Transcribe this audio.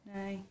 No